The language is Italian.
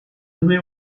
due